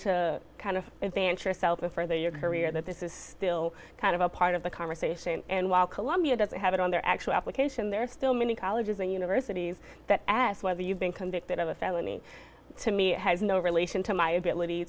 to kind of advance yourself or further your career that this is still kind of a part of the conversation and while columbia doesn't have it on their actual application there are still many colleges and universities that asked whether you've been convicted of a felony to me it has no relation to my ability